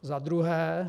Za druhé.